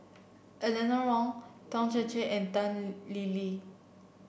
Eleanor Wong Teo Chee Hean and Tan Lee Leng